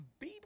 Bieber